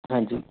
ਹਾਂਜੀ